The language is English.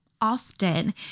often